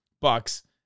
Bucks